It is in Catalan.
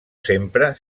sempre